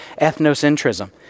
ethnocentrism